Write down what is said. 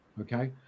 okay